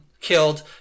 killed